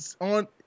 on